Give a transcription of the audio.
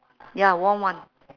ya warm one